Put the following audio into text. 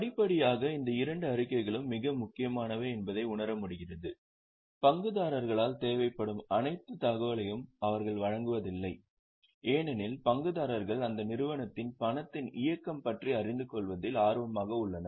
படிப்படியாக இந்த இரண்டு அறிக்கைகளும் மிக முக்கியமானவை என்பதை உணர முடிகிறது பங்குதாரர்களால் தேவைப்படும் அனைத்து தகவல்களையும் அவர்கள் வழங்குவதில்லை ஏனெனில் பங்குதாரர்கள் அந்த நிறுவனத்தில் பணத்தின் இயக்கம் பற்றி அறிந்து கொள்வதில் ஆர்வமாக உள்ளனர்